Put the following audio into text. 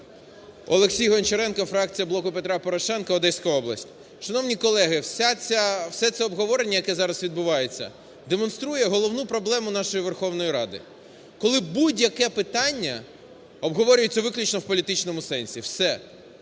Олексій Гончаренко, фракція "Блок Петра Порошенка", Одеська область. Шановні колеги, вся ця… все це обговорення, яке зараз відбувається, демонструє головну проблему нашої Верховної Ради, коли будь-яке питання обговорюється виключно в політичному сенсі. Все.